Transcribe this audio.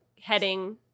heading